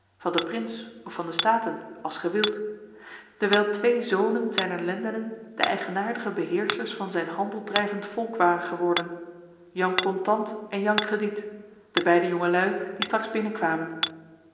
van den prins of van de staten als ge wilt dewijl twee zonen zijner lendenen de eigenaardige beheerschers van zijn handel drijvend volk waren geworden jan contant en jan crediet de beide jonge luî die straks binnenkwamen